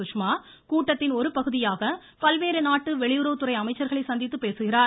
சுஷ்மா கூட்டத்தின் ஒரு பகுதியாக பல்வேறு நாட்டு வெளியுறவுத்துறை அமைச்சர்களை சந்தித்து பேசுகிறார்